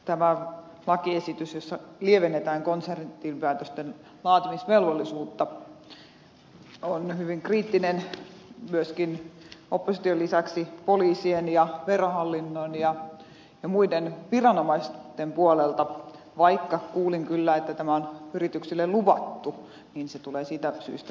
tämä lakiesitys jossa lievennetään konsernitilinpäätösten laatimisvelvollisuutta on hyvin kriittinen opposition lisäksi myöskin poliisien verohallinnon ja muiden viranomaisten puolelta vaikka kuulin kyllä että tämä on yrityksille luvattu ja että se tulee siitä syystä toteuttaa